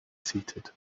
seated